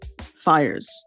fires